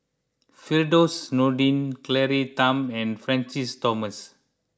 Firdaus Nordin Claire Tham and Francis Thomas